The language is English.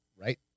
right